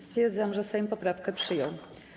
Stwierdzam, że Sejm poprawkę przyjął.